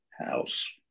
house